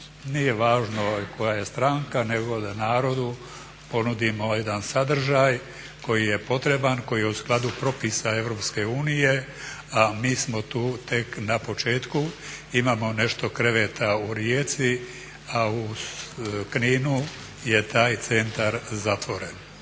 Nije važno koja je stranka nego da narodu ponudimo jedan sadržaj koji je potreban, koji je u skladu propisa Europske unije, a mi smo tu tek na početku, imamo nešto kreveta u Rijeci, a u Kninu je taj centar zatvoren.